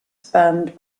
spanned